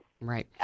Right